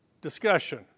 discussion